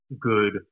good